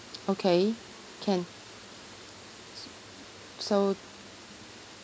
okay can so